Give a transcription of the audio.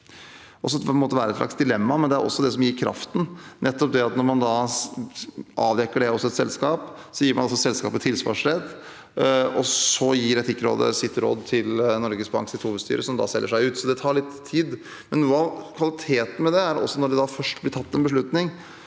Det kan være et slags dilemma, men det er også det som gir kraften. Hvis man avdekker dette hos et selskap, gir man selskapet tilsvarsrett. Så gir Etikkrådet sitt råd til Norges Banks hovedstyre, som da selger seg ut. Det tar litt tid. Noe av kvaliteten med det er at når det først blir tatt en beslutning,